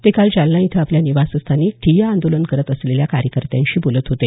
ते काल जालना इथं आपल्या निवासस्थानी ठिय्या आंदोलन करत असलेल्या कार्यकर्त्यांशी बोलत होते